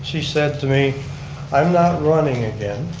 she said to me i'm not running again